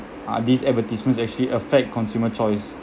ah these advertisements actually affect consumer choice